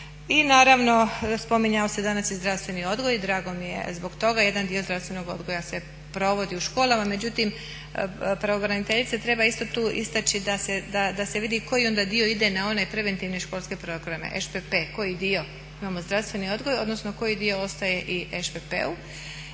I naravno spominjao se danas i zdravstveni odgoj i drago mi je zbog toga. Jedan dio zdravstvenog odgoja se provodi u školama, međutim pravobraniteljica treba isto tu istaći da se vidi koji onda dio ide na one preventivne školske programe ŠPP. Koji dio? Imamo zdravstveni odgoj, odnosno koji dio ostaje i ŠPP-u.